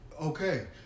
Okay